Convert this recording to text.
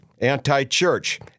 anti-church